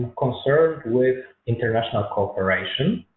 concerned with international cooperation